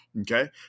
okay